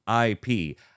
IP